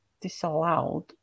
disallowed